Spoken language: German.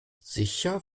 sicher